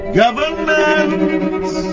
governments